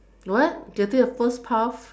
what getting the first puff